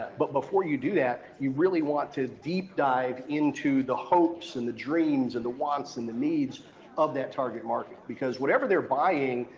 but before you do that, you really want to deep dive into the hopes, and the dreams, and the wants, and the needs of that target market. because whatever they're buying,